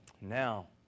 Now